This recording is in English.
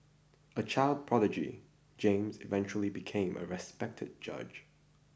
a child prodigy James eventually became a respected judge